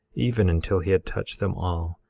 even until he had touched them all,